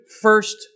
first